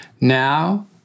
Now